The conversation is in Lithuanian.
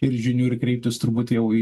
ir žinių ir kreiptis turbūt jau į